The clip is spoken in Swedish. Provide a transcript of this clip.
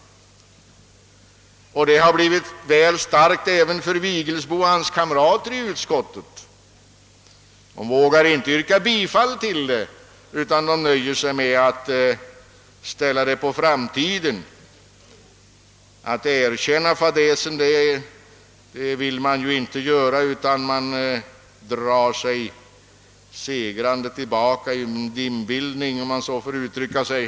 Detta blev tydligen väl starkt även för herr Vigelsbo och hans kamrater i utskottet. De har inte vågat yrka bifall till förslaget, utan nöjer sig med att ställa det på framtiden. Man vill dock inte erkänna fadäsen utan drar sig segrande tillbaka i en dimbildning, om jag så får uttrycka mig.